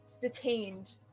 Detained